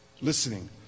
listening